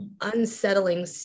unsettling